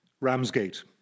Ramsgate